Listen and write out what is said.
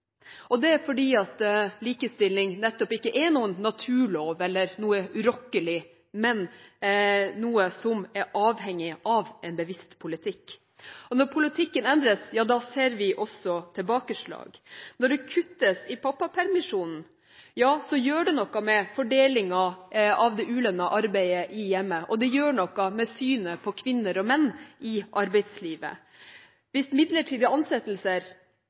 det er nettopp fordi at likestilling ikke er noen naturlov, eller noe urokkelig, men noe som er avhengig av en bevisst politikk. Når politikken endres, da ser vi også tilbakeslag. Når det kuttes i pappapermisjonen, så gjør det noe med fordelingen av det ulønnede arbeidet i hjemmet, og det gjør noe med synet på kvinner og menn i arbeidslivet. Hvis midlertidige ansettelser